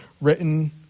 written